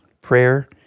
Prayer